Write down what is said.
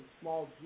small